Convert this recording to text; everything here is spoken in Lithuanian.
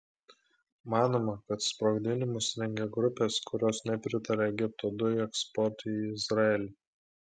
manoma kad sprogdinimus rengia grupės kurios nepritaria egipto dujų eksportui į izraelį